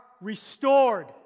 restored